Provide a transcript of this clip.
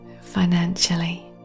financially